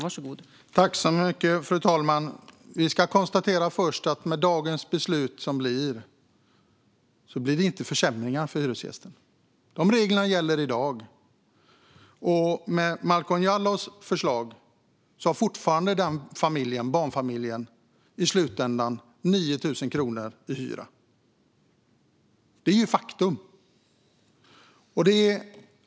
Fru talman! Vi kan först konstatera att med dagens beslut blir det inga försämringar för hyresgästerna. De regler som ska beslutas gäller i dag. Med Malcolm Jallows förslag får fortfarande barnfamiljen i slutändan 9 000 kronor i hyra. Det är ett faktum.